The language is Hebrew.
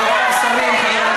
חברי השרים,